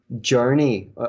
journey